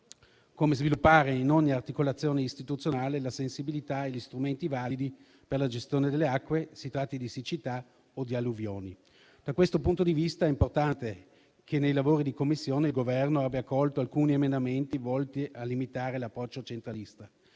come sviluppare in ogni articolazione istituzionale la sensibilità e gli strumenti validi per la gestione delle acque, si tratti di siccità o di alluvioni. Da questo punto di vista è importante che nei lavori di Commissione il Governo abbia accolto alcuni emendamenti volti a limitare l'approccio centralista.